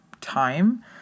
time